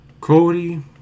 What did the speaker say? Cody